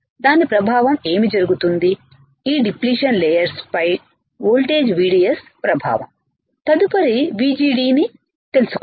దాని ప్రభావం ఏమి జరుగుతుంది ఈ డిప్లిషన్ లేయర్పై పై వోల్టేజ్ VDS ప్రభావం తదుపరి VGD నుతెలుసుకోండి